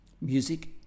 Music